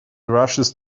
rushes